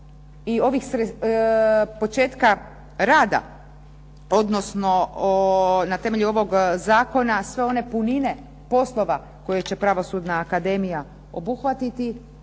i početka rada, odnosno na temelju ovog zakona sve one punine poslova koje će pravosudna akademija obuhvatiti